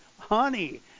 honey